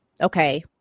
okay